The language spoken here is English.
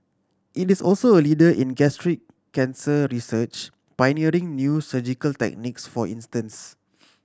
it is also a leader in gastric cancer research pioneering new surgical techniques for instance